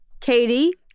Katie